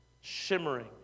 shimmering